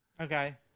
Okay